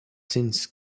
since